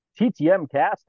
TTMcast